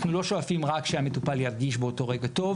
אנחנו לא שואפים רק שהמטופל ירגיש באותו רגע טוב,